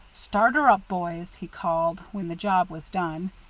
start her up, boys, he called, when the job was done,